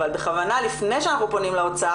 אבל בכוונה לפני שאנחנו פונים לאוצר,